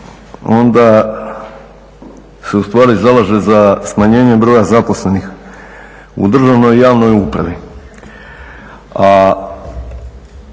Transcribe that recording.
onda se ustvari zalaže za smanjenje broja zaposlenih u državnoj i javnoj upravi,